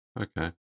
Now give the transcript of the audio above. okay